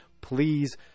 please